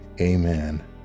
amen